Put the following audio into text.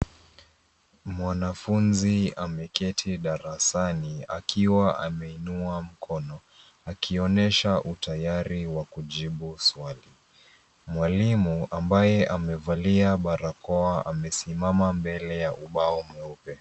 Mwanafunzi ameketi darasani akiwa ameinua mkono akionyesha utayari wa kujibu swali. Mwalimu ambaye amevalia barakoa amesimama mbele ya ubao mweupe.